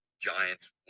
Giants